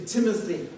Timothy